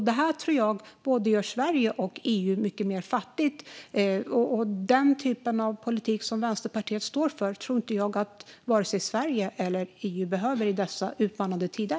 Detta tror jag gör både Sverige och EU mycket fattigare, och den typ av politik som Vänsterpartiet står för tror jag inte att vare sig Sverige eller EU behöver i dessa utmanande tider.